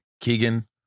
Keegan